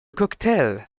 cocktail